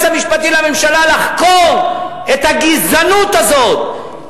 המשפטי לממשלה לחקור את הגזענות הזאת,